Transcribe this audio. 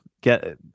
Get